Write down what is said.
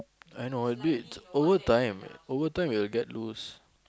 I know a bit overtime overtime will get loose